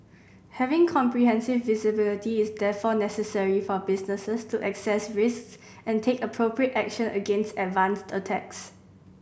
having comprehensive visibility is therefore necessary for businesses to assess risks and take appropriate action against advanced attacks